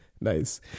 nice